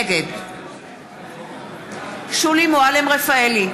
נגד שולי מועלם-רפאלי,